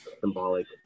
symbolic